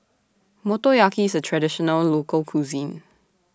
Motoyaki IS A Traditional Local Cuisine